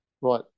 right